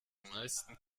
meisten